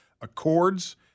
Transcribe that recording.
accords